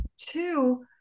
two